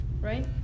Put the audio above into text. right